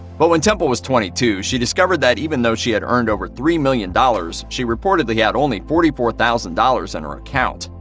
but when temple was twenty two, she discovered that even though she had earned over three million dollars, she reportedly had only forty four thousand dollars in her account.